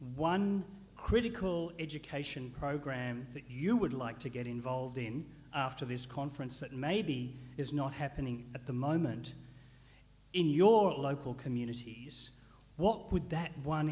one critical education program you would like to get involved in after this conference that maybe is not happening at the moment in your local communities what would that one